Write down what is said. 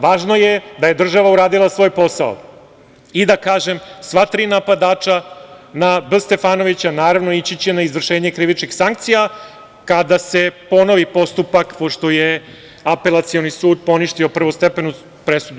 Važno je da je država uradila svoj posao, i da kažem sva tri napadača na B. Stefanovića naravno ići će na izvršenje krivičnih sankcija kada se ponovi postupak, pošto je Apelacioni sud poništio prvostepenu presudu.